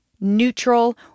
neutral